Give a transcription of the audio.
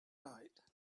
night